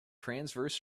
transverse